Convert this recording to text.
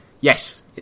Yes